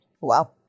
Wow